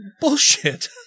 Bullshit